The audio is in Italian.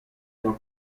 una